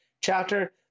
chapter